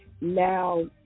Now